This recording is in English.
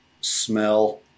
smell